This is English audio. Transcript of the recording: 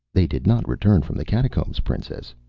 they did not return from the catacombs, princess,